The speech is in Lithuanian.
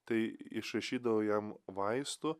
tai išrašydavo jam vaistų